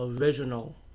original